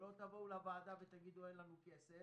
שלא תבואו לוועדה ותגידו: אין לנו כסף